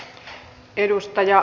arvoisa puhemies